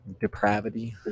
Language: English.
depravity